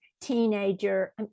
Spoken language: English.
teenager